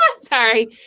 sorry